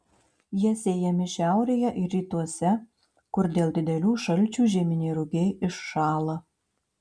jie sėjami šiaurėje ir rytuose kur dėl didelių šalčių žieminiai rugiai iššąla